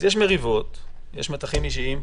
אז יש מריבות, יש מתחים אישיים.